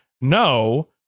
no